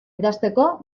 idazteko